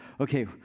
okay